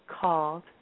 called